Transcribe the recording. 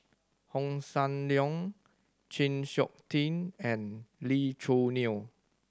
Hossan Leong Chng Seok Tin and Lee Choo Neo